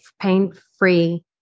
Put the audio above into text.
pain-free